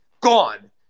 Gone